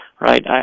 right